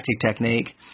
technique